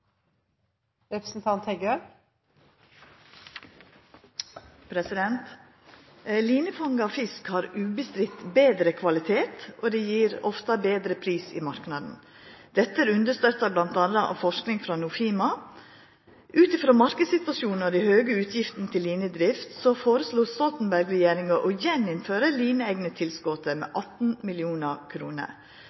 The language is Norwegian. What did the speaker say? fisk har utbestridt betre kvalitet og gjev betre pris i marknaden. Dette er understøtta bl.a. av forsking frå Nofima. Ut ifrå marknadssituasjonen og dei høge utgiftene til linedrift foreslo Stoltenberg-regjeringa å gjeninnføra lineegnetilskotet med 18